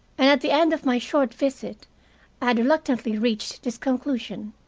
and, at the end of my short visit, i had reluctantly reached this conclusion